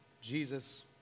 Jesus